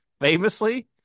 Famously